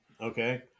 Okay